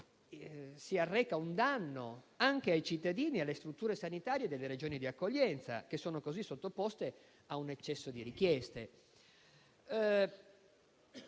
di erogare), nonché ai cittadini e alle strutture sanitarie delle Regioni di accoglienza, che sono così sottoposte a un eccesso di richieste.